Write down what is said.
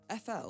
FL